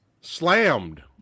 Slammed